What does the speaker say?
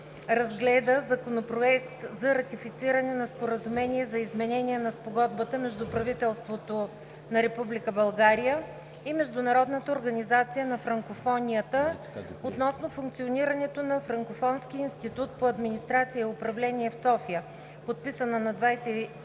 разгледа Законопроект за ратифициране на Споразумение за изменение на Спогодбата между правителството на Република България и Международната организация на франкофонията относно функционирането на Франкофонския институт по администрация и управление в София, подписана на 28 август